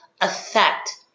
affect